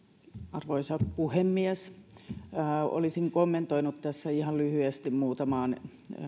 arvoisa puhemies olisin kommentoinut tässä ihan lyhyesti muutamalle